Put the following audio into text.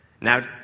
now